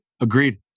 Agreed